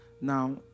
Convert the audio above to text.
Now